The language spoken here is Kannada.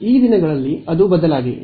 ಈ ದಿನಗಳಲ್ಲಿ ಅದು ಬದಲಾಗಿವೆ